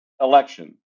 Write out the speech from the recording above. election